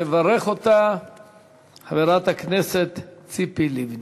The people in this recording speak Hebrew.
תברך אותה חברת הכנסת ציפי לבני.